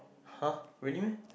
[huh] really meh